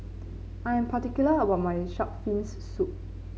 I'm particular about my shark's fin soup